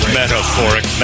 metaphoric